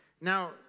Now